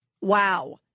Wow